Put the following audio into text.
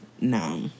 no